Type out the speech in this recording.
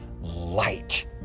light